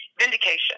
vindication